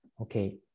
Okay